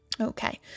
Okay